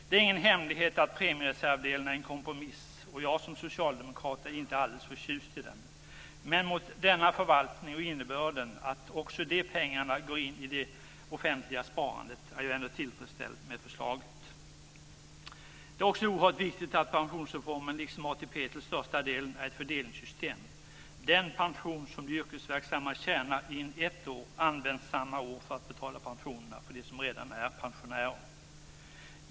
Det är ingen hemlighet att premiereservdelen är en kompromiss, och jag som socialdemokrat är inte alldeles förtjust i den. Men med denna förvaltning och innebörden att också de pengarna går in i det offentliga sparandet är jag ändå tillfredsställd med förslaget. Det som är oerhört viktigt är att pensionsreformen liksom ATP till största delen är ett fördelningssystem. Den pension som de yrkesverksamma tjänar in ett år används samma år för att betala pensionerna för dem som redan är pensionärer.